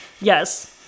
Yes